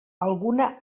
alguna